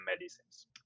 medicines